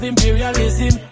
Imperialism